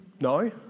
no